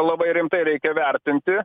labai rimtai reikia vertinti